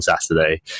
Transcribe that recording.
Saturday